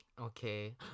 Okay